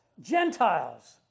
Gentiles